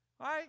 Right